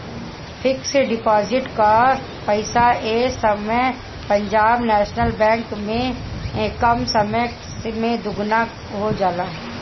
fix deposit कअ पईसा ए समय पंजाब नेशनल बैंक में कम समय में दुगुना हो जाला